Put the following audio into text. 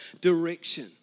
direction